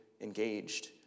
engaged